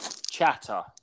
chatter